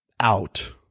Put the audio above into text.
out